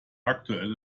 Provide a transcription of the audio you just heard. aktuelle